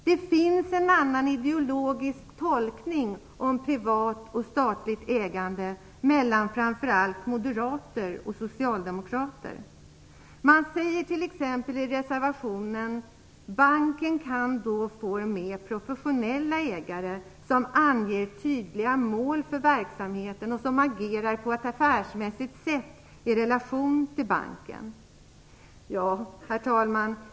Det finns en annan ideologisk tolkning om privat och statligt ägande mellan framför allt moderater och socialdemokrater. Man säger t.ex. i reservationen: "Banken kan då få mer professionella ägare, som anger tydliga mål för verksamheten och som agerar på ett affärsmässigt sätt i relation till banken." Herr talman!